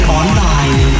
online